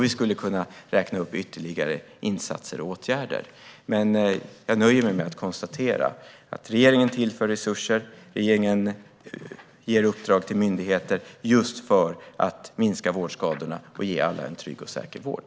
Vi skulle kunna räkna upp ytterligare insatser och åtgärder, men jag nöjer mig med att konstatera att regeringen tillför resurser och ger uppdrag till myndigheter för att minska vårdskadorna och ge alla en trygg och säker vård.